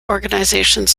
organisations